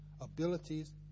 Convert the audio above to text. Abilities